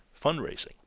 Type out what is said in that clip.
fundraising